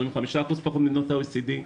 25% פחות ממדינות ה-OECD,